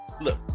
look